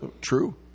True